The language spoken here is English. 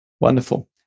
Wonderful